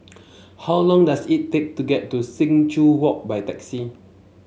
how long does it take to get to Sing Joo Walk by taxi